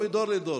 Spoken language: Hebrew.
מדור לדור.